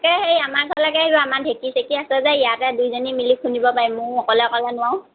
তাকে হেৰি আমাৰ ঘৰলৈকে আহিব আমাৰ ঢেঁকী চেকি আছে যে ইয়াতে দুইজনীয়ে মিলি খুন্দিব পাৰিক ময়ো অকলে অকলে নোৱাৰোঁ